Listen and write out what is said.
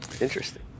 Interesting